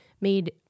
made